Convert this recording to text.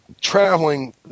traveling